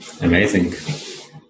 Amazing